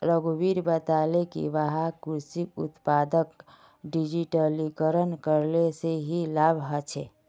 रघुवीर बताले कि वहाक कृषि उत्पादक डिजिटलीकरण करने से की लाभ ह छे